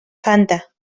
fanta